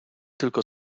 tylko